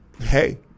hey